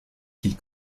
qu’il